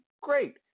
great